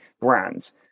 brands